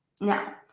now